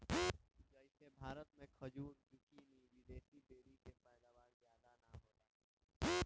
जइसे भारत मे खजूर, जूकीनी, विदेशी बेरी के पैदावार ज्यादा ना होला